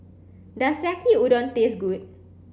does Yaki Udon taste good